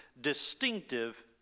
distinctive